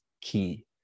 key